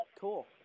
cool